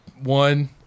one